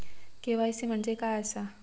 KYC म्हणजे काय आसा?